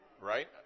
right